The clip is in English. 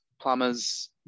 plumbers